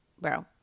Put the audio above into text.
bro